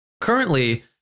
currently